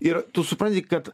ir tu supranti kad